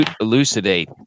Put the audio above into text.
Elucidate